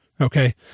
okay